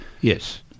yes